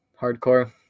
Hardcore